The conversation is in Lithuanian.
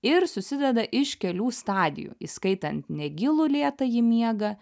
ir susideda iš kelių stadijų įskaitant negilų lėtąjį miegą